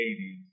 80s